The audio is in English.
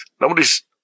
nobody's